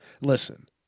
listen